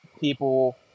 people